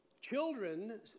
children